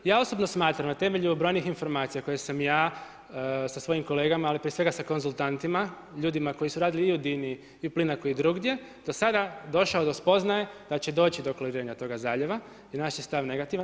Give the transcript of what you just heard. Ja osobno smatram na temelju brojnih informacija koje sam ja sa svojim kolegama, ali prije sa konzultantima ljudima koji su radili i u Dini i u Plinacro i drugdje, do sada došao do spoznaje da će doći do kloriranja toga zaljeva i naš je stav negativan.